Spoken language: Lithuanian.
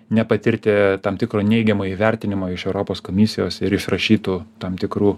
nepatirti tam tikro neigiamo įvertinimo iš europos komisijos ir išrašytų tam tikrų